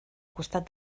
costat